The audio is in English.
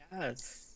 Yes